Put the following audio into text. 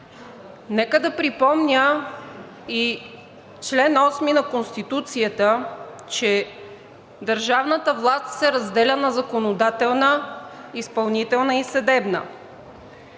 Нека да припомня и чл. 8 на Конституцията, че държавната власт се разделя на законодателна, изпълнителна и съдебна.